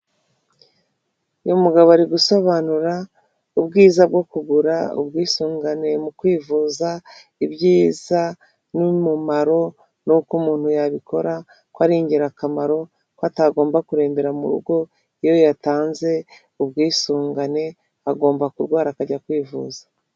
Uyu mugabo ari gusobanura ubwiza bwo kugura ubwisungane mu kwivuza ibyiza n'umumaro nuko umuntu yabikora ko ari ingirakamaro ko atagomba kurembera mu rugo iyo yatanze ubwisungane agomba kurwara akajya kwivuza .